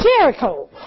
Jericho